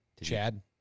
Chad